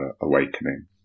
awakening